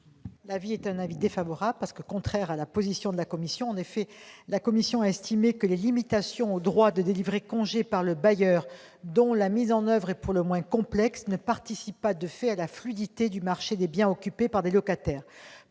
L'objet de cet amendement est contraire à la position de la commission, qui a estimé que les limitations au droit de délivrer congé par le bailleur, dont la mise en oeuvre est pour le moins complexe, ne participent pas, de fait, à la fluidité du marché des biens occupés par des locataires.